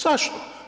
Zašto?